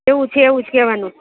જેવું છે એવું જ કહેવાનું